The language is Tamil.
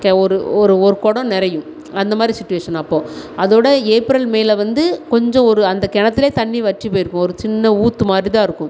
கெ ஒரு ஒரு ஒரு குடம் நிறையும் அந்த மாதிரி சுச்சுவேஷன் அப்போது அதோடு ஏப்ரல் மேவில் வந்து கொஞ்சம் ஒரு அந்த கிணத்துலயே தண்ணி வற்றி போயிருக்கும் ஒரு சின்ன ஊற்று மாதிரி தான் இருக்கும்